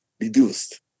reduced